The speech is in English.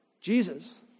Jesus